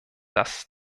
das